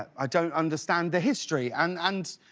i don't understand the history. and and